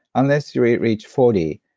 unless you reach reach forty,